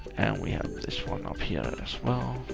and we have this one up here and as well.